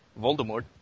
Voldemort